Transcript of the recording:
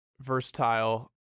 versatile